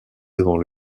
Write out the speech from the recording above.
devant